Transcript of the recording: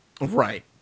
Right